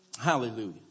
Hallelujah